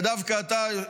ודווקא אתה,